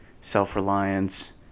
self-reliance